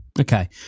okay